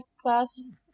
class